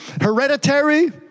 hereditary